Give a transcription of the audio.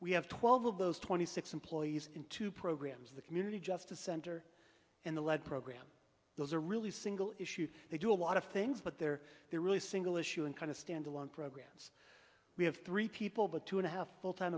we have twelve of those twenty six employees in two programs the community justice center and the lead program those are really single issues they do a lot of things but they're they're really single issue and kind of standalone programs we have three people but two and a half full time